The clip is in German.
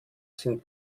sind